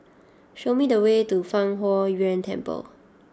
show me the way to Fang Huo Yuan Temple